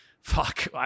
fuck